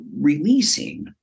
releasing